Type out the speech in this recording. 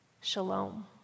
Shalom